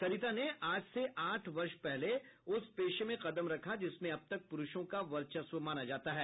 सरिता ने आज से आठ वर्ष पहले उस पेशे में कदम रखा जिसमें अब तक पुरूषों का वर्चस्व माना जाता है